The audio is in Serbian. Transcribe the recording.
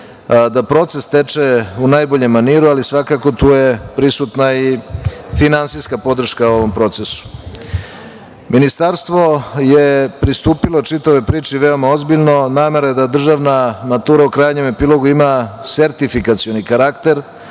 da proces teče u najboljem maniru, ali svakako tu je prisutna i finansijska podrška ovom procesu. Ministarstvo je pristupilo čitavoj priči veoma ozbiljno. Namera je da državna matura u krajnjem epilogu ima sertifikacioni karakter,